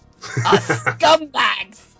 Scumbags